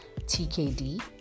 TKD